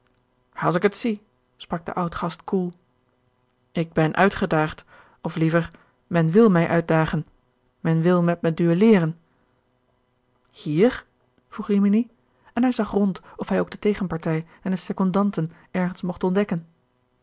als ik het zie sprak de oudgast koel ik ben uitgedaagd of liever men wil mij uitdagen men wil met me duelleeren hier vroeg rimini en hij zag rond of hij ook de tegenpartij en de secondanten ergens mocht ontdekken